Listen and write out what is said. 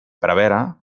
prevere